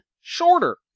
shorter